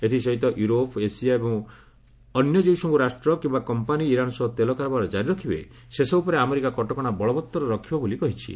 ଏଥିସହିତ Europe Asia ଏବଂ ଅନ୍ୟ ଯେଉଁସବ୍ ରାଷ୍ଟ୍ର କିମ୍ବା କମ୍ପାନୀ ଇରାନ୍ ସହ ତେଲ କାରବାର ଜାରି ରଖିବେ ସେସବ୍ ଉପରେ ଆମେରିକା କଟକଣା ବଳବତ୍ତର ରଖିବ ବୋଲି କହିଛି